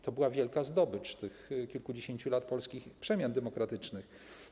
To była wielka zdobycz okresu tych kilkudziesięciu lat polskich przemian demokratycznych.